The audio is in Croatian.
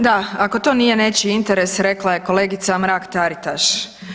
Da, ako to nije nečiji interes rekla je kolegica Mrak Taritaš.